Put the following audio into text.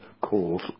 calls